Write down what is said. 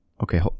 Okay